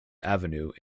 avenue